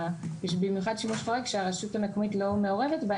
במיוחד שימוש חורג שהרשות המקומית לא מעורבת בו,